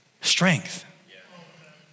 strength